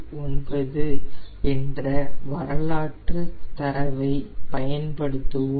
9 என்ற வரலாற்று தரவை பயன்படுத்துவோம்